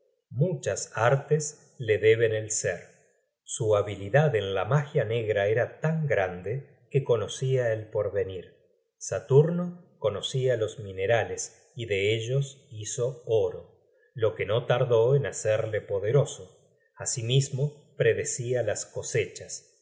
muchas artes le deben el ser su habilidad en la magia negra era tan grande que conocia el porvenir saturno conocia los minerales y de ellos hizo oro lo que no tardó en hacerle poderoso asimismo predecia las cosechas